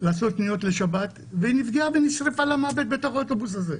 לעשות קניות לשבת ונפגעה ונשרפה למוות בתוך האוטובוס הזה,